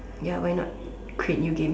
ya why not create new game